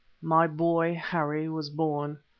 my boy harry was born,